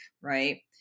right